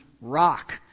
rock